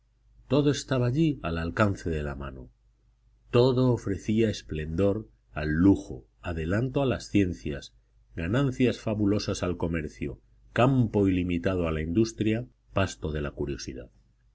todo estaba allí al alcance de la mano todo ofrecía esplendor al lujo adelanto a las ciencias ganancias fabulosas al comercio campo ilimitado a la industria pasto de la curiosidad